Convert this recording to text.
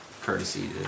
courtesy